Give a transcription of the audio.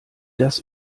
das